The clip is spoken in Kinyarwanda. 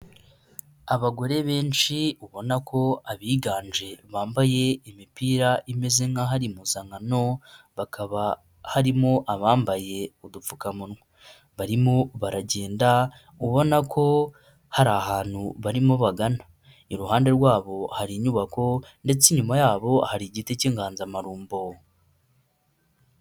abagore benshi ubona ko abiganje bambaye imipira imeze nk'aho ari impuzankano hakaba harimo abambaye udupfukamunwa barimo baragenda ubona ko hari ahantu barimo bagana iruhande rwabo hari inyubako, ndetse inyuma yabo hari igiti cy'inganzamarumbo.